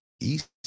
east